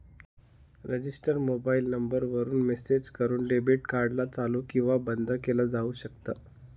register mobile number वरून message करून debit card ला चालू किंवा बंद केलं जाऊ शकता